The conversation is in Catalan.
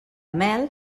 mel